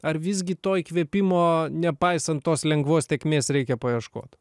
ar visgi to įkvėpimo nepaisant tos lengvos tėkmės reikia paieškot